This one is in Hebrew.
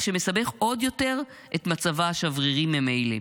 מה שמסבך עוד יותר את מצבה השברירי ממילא.